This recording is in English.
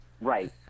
Right